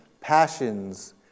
passions